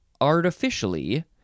artificially